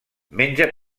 menja